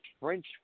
French